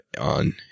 on